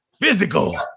physical